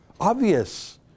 obvious